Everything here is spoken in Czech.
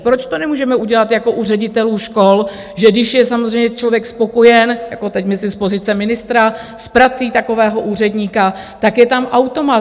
Proč to nemůžeme udělat jako u ředitelů škol, že když je samozřejmě člověk spokojen, jako teď myslím z pozice ministra, s prací takového úředníka, tak je tam automat.